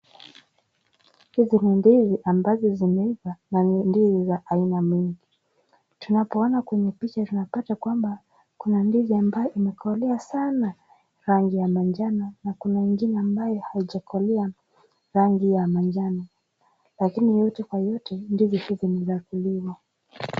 Hizi ni ndizi ambazo zimeiva na ni ndizi za aina mingi. Tunapoona kwenye picha tunapata kwamba, kuna ndizi ambayo imekolea sana, rangi ya manajano na kuna ingine ambayo haijakolea rangi ya manjano lakini yote kwa yote ndizi hizi ni za kuliwa.